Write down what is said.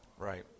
Right